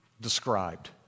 described